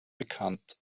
bekannt